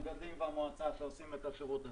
המגדלים והמועצה עשו את השירות הזה.